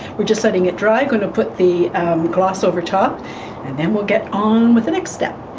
we're just letting it dry gonna put the gloss over top and then we'll get on with the next step.